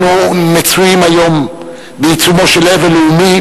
אנו מצויים היום בעיצומו של אבל לאומי,